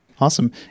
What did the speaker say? Awesome